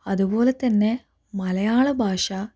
അതുപോലെതന്നെ മലയാള ഭാഷ